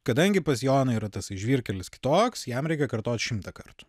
kadangi pas joną yra tas žvyrkelis kitoks jam reikia kartot šimtą kartų